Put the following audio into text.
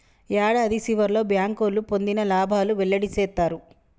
యాడాది సివర్లో బ్యాంకోళ్లు పొందిన లాబాలు వెల్లడి సేత్తారు